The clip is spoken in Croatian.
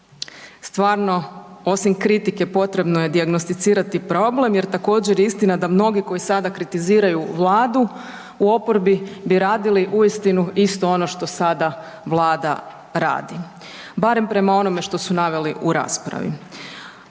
stvarno osim kritike potrebno je dijagnosticirati problem jer također je istina da mnogi koji sada kritiziraju Vladu, u oporbi bi radili uistinu ono što sada Vlada radi. Barem prema onome što su naveli u raspravi.